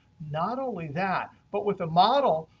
not only that, but with a model,